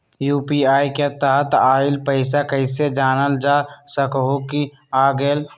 UPI के तहत आइल पैसा कईसे जानल जा सकहु की आ गेल?